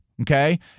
okay